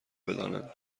بدانند